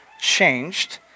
changed